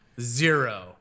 zero